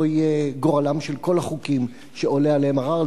יהיה גורלם של כל החוקים שעולה עליהם ערר.